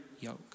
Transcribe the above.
yoke